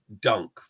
dunk